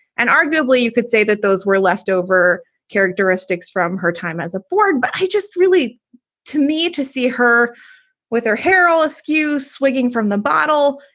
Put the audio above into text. and arguably you could say that those were leftover characteristics from her time as a board. but i just really to me to see her with her hair all askew swigging from the bottle.